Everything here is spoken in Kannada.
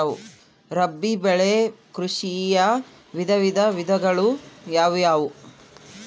ರಾಬಿ ಬೆಳೆ ಕೃಷಿಯ ವಿವಿಧ ವಿಧಗಳು ಯಾವುವು?